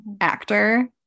actor